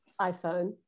iPhone